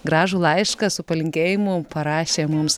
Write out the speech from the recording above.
gražų laišką su palinkėjimu parašė mums